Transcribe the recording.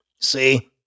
see